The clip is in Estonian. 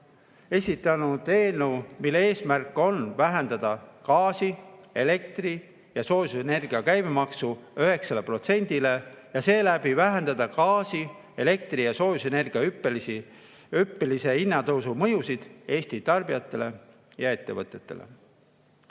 esitanud eelnõu, mille eesmärk on vähendada gaasi, elektri ja soojusenergia käibemaksu 9%-le ja seeläbi vähendada gaasi, elektri ja soojusenergia hüppelise kallinemise mõjusid Eesti tarbijatele ja ettevõtetele. Gaasi,